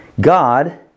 God